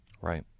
Right